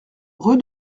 rue